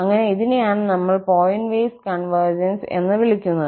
അങ്ങനെ അതിനെയാണ് നമ്മൾ പോയിന്റ് വൈസ് കൺവെർജൻസ് എന്ന് വിളിക്കുന്നത്